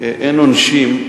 אין עונשין,